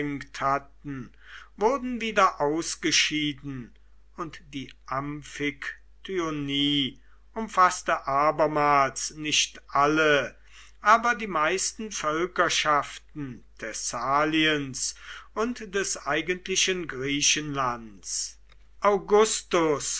hatten wurden wieder ausgeschieden und die amphiktyonie umfaßte abermals nicht alle aber die meisten völkerschaften thessaliens und des eigentlichen griechenlands augustus